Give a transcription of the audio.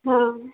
ହଁ